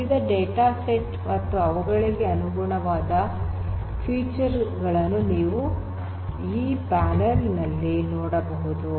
ವಿವಿಧ ಡೇಟಾಸೆಟ್ ಮತ್ತು ಅವುಗಳಿಗೆ ಅನುಗುಣವಾದ ಫೀಚರ್ ಗಳನ್ನು ನೀವು ಈ ಪ್ಯಾನೆಲ್ ನಲ್ಲಿ ನೋಡಬಹುದು